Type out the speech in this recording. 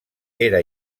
era